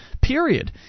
period